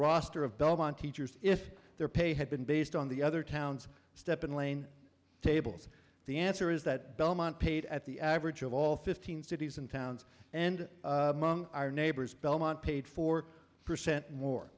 roster of belmont teachers if their pay had been based on the other towns step in lane tables the answer is that belmont paid at the average of all fifteen cities and towns and our neighbors belmont paid four percent more